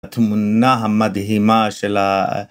התמונה המדהימה של ה...